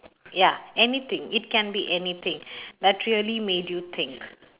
ya anything it can be anything that really made you think